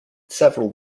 several